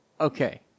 Okay